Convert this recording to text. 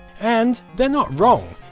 and they're not wrong.